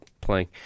playing